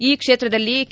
ಈ ಕ್ಷೇತ್ರದಲ್ಲಿ ಕೆ